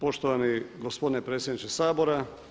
Poštovani gospodine predsjedniče Sabora.